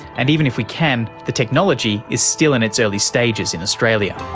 and even if we can, the technology is still in its early stages in australia.